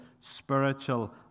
spiritual